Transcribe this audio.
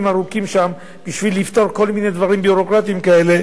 ארוכים שם בשביל לפתור כל מיני דברים ביורוקרטיים כאלה.